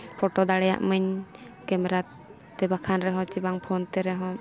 photo ᱫᱟᱲᱮᱭᱟᱜ ᱢᱟᱹᱧ camera ᱛᱮ ᱵᱟᱠᱷᱟᱱ ᱨᱮᱦᱚᱸ ᱪᱮ ᱵᱟᱝ ᱯᱷᱳᱱ ᱛᱮ ᱨᱮᱦᱚᱸ